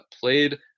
played